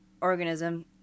organism